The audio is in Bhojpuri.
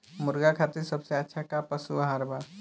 मुर्गा खातिर सबसे अच्छा का पशु आहार बा?